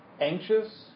anxious